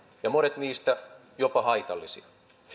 ja monet niistä jopa haitallisia